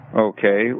Okay